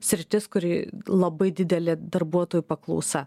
sritis kuri labai didelė darbuotojų paklausa